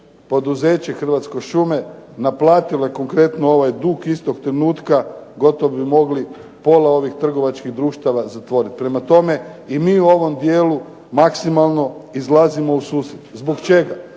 poduzeće Hrvatske šume naplatile ovaj dug istoga trenutka gotovo bi mogli pola ovih trgovačkih društava zatvoriti. Prema tome, i mi u ovom dijelu maksimalno izlazimo u susret. Zbog čega?